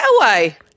getaway